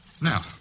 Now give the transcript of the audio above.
Now